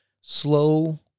slow